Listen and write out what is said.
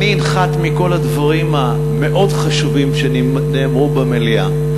אני אנחת מכל הדברים המאוד-חשובים שנאמרו במליאה.